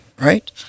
right